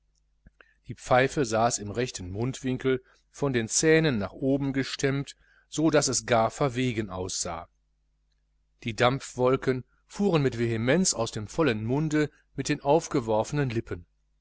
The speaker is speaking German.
die pfeife saß im rechten mundwinkel von den zähnen nach oben gestemmt so daß es gar verwegen aussah die dampfwolken fuhren mit kraft aus dem vollen munde mit den aufgeworfenen lippen